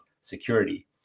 security